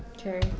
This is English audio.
Okay